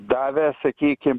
davė sakykim